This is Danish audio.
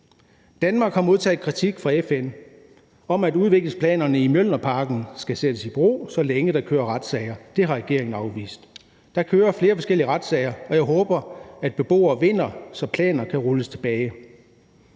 Danmark har modtaget kritik fra FN om, at udviklingsplanerne for Mjølnerparken skal sættes i bero, så længe der kører retssager. Det har regeringen afvist. Der kører flere forskellige retssager, og jeg håber, at beboere vinder, så planer kan rulles tilbage.